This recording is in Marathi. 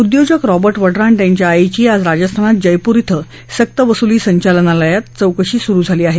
उद्योजक रॉबर्ट वड्रा आणि त्यांच्या आईची आज राजस्थानात जयपूर डें सक्तवसुली संचालनालयात चौकशी सुरु झाली आहे